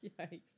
Yikes